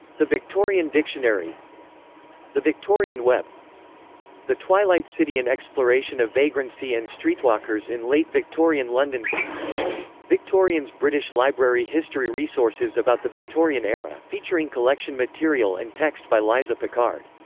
the victorian dictionary the victorian web the twilight city an exploration of vagrancy and streetwalkers in late victorian london victorians british library history resources about the victorian era, featuring collection material and text by liza picard.